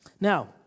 Now